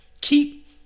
keep